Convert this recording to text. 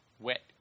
wet